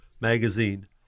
magazine